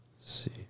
see